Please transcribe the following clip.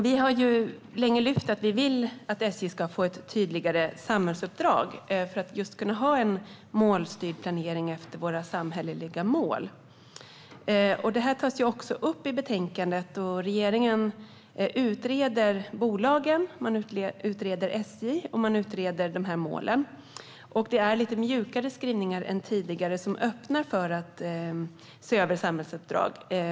Vi har länge lyft fram att vi vill att SJ ska få ett tydligare samhällsuppdrag för att just kunna ha en målstyrd planering efter våra samhälleliga mål. Det här tas också upp i betänkandet, och regeringen utreder bolagen. Man utreder SJ och målen, och det finns lite mjukare skrivningar än tidigare som öppnar för att se över samhällsuppdraget.